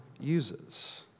uses